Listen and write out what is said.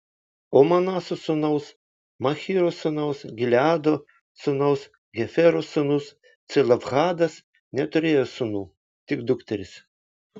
o manaso sūnaus machyro sūnaus gileado sūnaus hefero sūnus celofhadas neturėjo sūnų tik dukteris